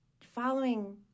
following